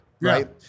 right